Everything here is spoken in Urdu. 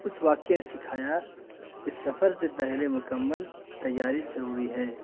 اس واقع نے سکھایا کہ سفر سے پہلے مکمل تیاری ضروری ہے